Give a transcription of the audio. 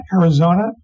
Arizona